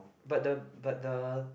but the but the